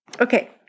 Okay